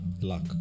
luck